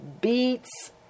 beets